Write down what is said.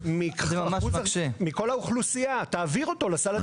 הזה מכל האוכלוסייה, תעביר אותו לסל הציבורי.